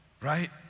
right